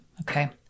Okay